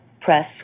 press